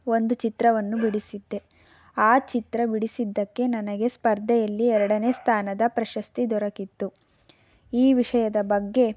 ಒಂದು ಚಿತ್ರವನ್ನು ಬಿಡಿಸಿದ್ದೆ ಆ ಚಿತ್ರ ಬಿಡಿಸಿದ್ದಕ್ಕೆ ನನಗೆ ಸ್ಪರ್ಧೆಯಲ್ಲಿ ಎರಡನೇ ಸ್ಥಾನದ ಪ್ರಶಸ್ತಿ ದೊರಕಿತ್ತು ಈ ವಿಷಯದ ಬಗ್ಗೆ